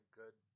good